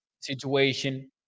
situation